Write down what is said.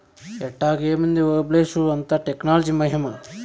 ఎట్టాగేముంది ఓబులేషు, అంతా టెక్నాలజీ మహిమా